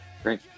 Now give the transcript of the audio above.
Great